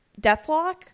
Deathlock